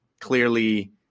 Clearly